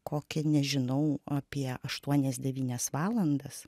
kokia nežinau apie aštuonias devynias valandas